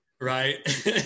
right